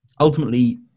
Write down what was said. ultimately